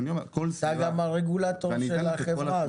אתה הרגולטור של החברה הזאת.